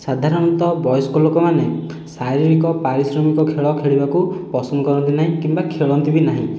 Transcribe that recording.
ସାଧାରଣତଃ ବୟସ୍କ ଲୋକମାନେ ଶାରୀରିକ ପାରିଶ୍ରମିକ ଖେଳ ଖେଳିବାକୁ ପସନ୍ଦ କରନ୍ତି ନାହିଁ କିମ୍ବା ଖେଳନ୍ତି ବି ନାହିଁ